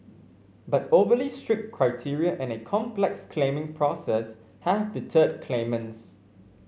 but overly strict criteria and a complex claiming process have deterred claimants